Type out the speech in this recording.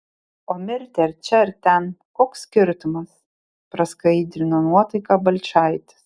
o mirti ar čia ar ten koks skirtumas praskaidrino nuotaiką balčaitis